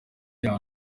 iya